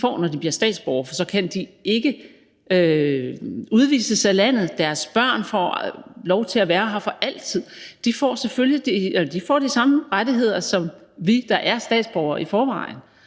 når de bliver statsborgere; for så kan de ikke udvises af landet, og deres børn får lov til at være her for altid. De får de samme rettigheder som os, der er statsborgere i forvejen.